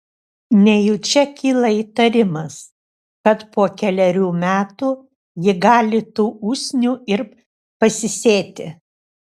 nejučia kyla įtarimas kad po kelerių metų ji gali tų usnių ir pasisėti